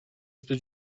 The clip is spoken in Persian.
قطب